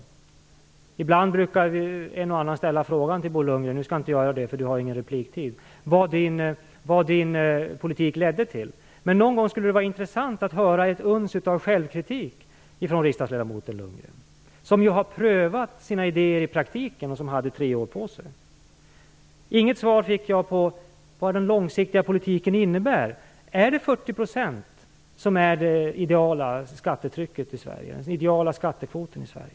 En och annan brukar ibland ställa frågan till Bo Lundgren - jag skall själv inte göra det, för Bo Lundgren har ingen repliktid kvar - om vad hans politik ledde till. Det skulle vara intressant att någon gång få höra ett uns av självkritik från riksdagsledamoten Lundgren. Han har ju prövat sina idéer i praktiken. Han hade tre år på sig. Jag fick inget svar på vad den långsiktiga politiken innebär. Är det 40 % som är det ideala skattetrycket, den ideala skattekvoten, i Sverige?